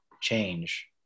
change